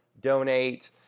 donate